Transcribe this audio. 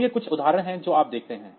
तो ये कुछ उदाहरण हैं जो आप देखते हैं